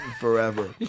forever